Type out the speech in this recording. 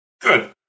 Good